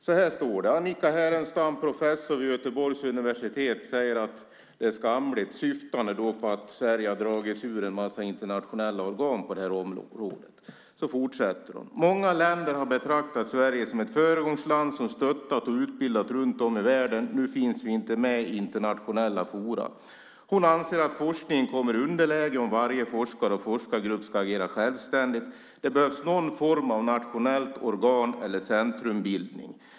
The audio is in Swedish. Så här står det: "Annika Härenstam, professor vid Göteborgs universitet, säger att det är skamligt." Hon syftar då på att Sverige har dragit sig ur en massa internationella organ på det här området. Det fortsätter så här: "- Många länder har betraktat Sverige som ett föregångsland, som stöttat och utbildat runt om i världen. Nu finns vi inte med i internationella fora. Hon anser att forskningen kommer i underläge om varje forskare och forskargrupp ska agera självständigt. Det behövs någon form av nationellt organ eller centrumbildning.